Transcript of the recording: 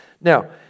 Now